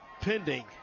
pending